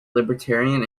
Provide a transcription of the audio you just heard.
libertarian